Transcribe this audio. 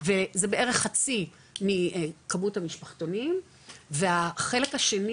וזה בערך חצי מכמות המשפחתונים והחלק השני